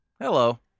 Hello